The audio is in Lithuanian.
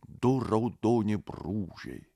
du raudoni brūžiai